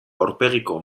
aurpegiko